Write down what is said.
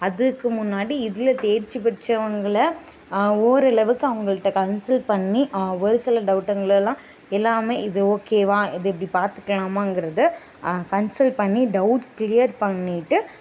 அதுக்கு முன்னாடி இதில் தேர்ச்சி பெற்றவங்கள ஓரளவுக்கு அவங்கள்ட்ட கன்சிடர் பண்ணி ஒரு சில டவுடுங்களெல்லாம் எல்லாமே இது ஓகேவா இது இப்படி பார்த்துக்கலாமாங்குறத கன்சல் பண்ணி டவுட் கிளியர் பண்ணிவிட்டு